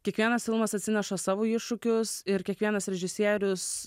kiekvienas filmas atsineša savo iššūkius ir kiekvienas režisierius